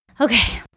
Okay